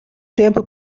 tempo